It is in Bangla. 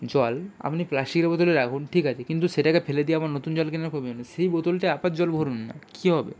জল আপনি প্লাস্টিকের বোতলে রাখুন ঠিক আছে কিন্তু সেটাকে ফেলে দিয়ে আবার নতুন জল কেনা সেই বোতলটায় আবার জল ভরুন না কী হবে